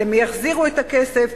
למי יחזירו את הכסף?